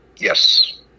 Yes